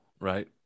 right